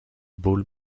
ball